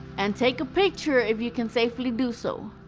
and take a picture if you can safely do so.